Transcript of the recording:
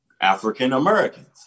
African-Americans